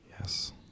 Yes